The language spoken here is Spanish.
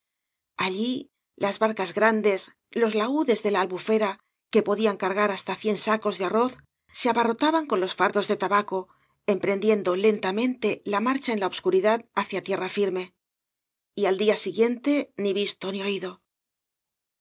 aui las barcas grandes los laúdes de la albufera que podían cargar hasta cíen sacos de arroz se abarrotaban con los fardos de tabaco emprendiendo lentamente la marcha en la obscuridad hacia tierra firme y al día siguiente ni visto ni oído